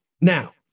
Now